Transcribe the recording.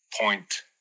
point